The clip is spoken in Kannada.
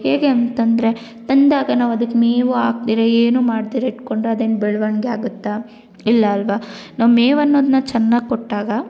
ಹೇಗೆ ಅಂತಂದರೆ ತಂದಾಗ ನಾವು ಅದಕ್ಕೆ ಮೇವು ಹಾಕ್ದಿರ ಏನು ಮಾಡ್ದಿರ ಇಟ್ಟುಕೊಂಡ್ರೆ ಅದೇನು ಬೆಳವಣ್ಗೆ ಆಗುತ್ತಾ ಇಲ್ಲ ಅಲ್ವಾ ನಾವು ಮೇವು ಅನ್ನೋದನ್ನ ಚೆನ್ನಾಗ್ ಕೊಟ್ಟಾಗ